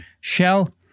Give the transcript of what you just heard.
shell